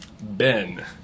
Ben